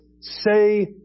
say